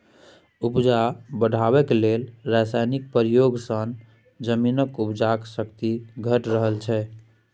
उपजा बढ़ेबाक लेल रासायनक प्रयोग सँ जमीनक उपजाक शक्ति घटि रहल छै